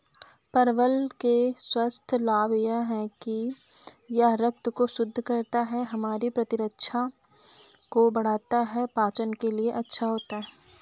परवल के स्वास्थ्य लाभ यह हैं कि यह रक्त को शुद्ध करता है, हमारी प्रतिरक्षा को बढ़ाता है, पाचन के लिए अच्छा है